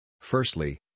Firstly